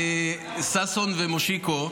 ששון ומושיקו,